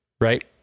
right